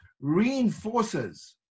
reinforces